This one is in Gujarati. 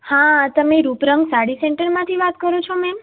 હા તમે રૂપરંગ સાડી સેન્ટરમાંથી વાત કરો છો મેમ